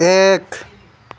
এক